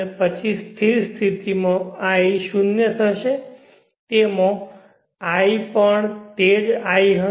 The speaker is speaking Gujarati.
પછી સ્થિર સ્થિતિમાં હું શૂન્ય થઈશ તેથી હું પણ તે જ થઈશ i